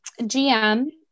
GM